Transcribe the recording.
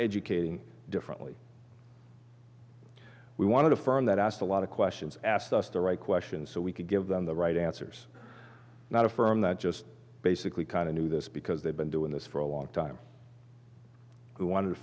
educating differently we wanted a firm that asked a lot of questions asked us the right questions so we could give them the right answers not a firm that just basically kind of knew this because they'd been doing this for a long time we wanted a